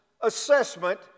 assessment